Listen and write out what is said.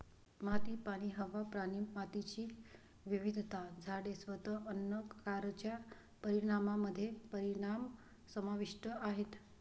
माती, पाणी, हवा, प्राणी, मातीची विविधता, झाडे, स्वतः अन्न कारच्या परिणामामध्ये परिणाम समाविष्ट आहेत